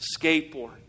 skateboard